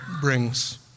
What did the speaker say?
brings